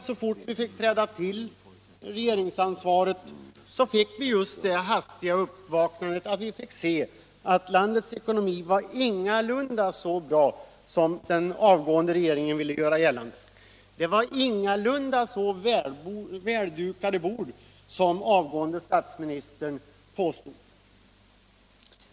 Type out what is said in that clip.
Så fort vi fick träda till och ta regeringsansvaret fick vi se att landets ekonomi ingalunda var så bra som den avgående regeringen ville göra gällande. Det var inte alls så väldukade bord som den avgående statsministern påstod.